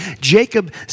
Jacob